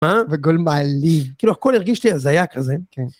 מה וגולמלי כאילו הכל הרגיש לי הזיה כזה